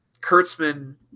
Kurtzman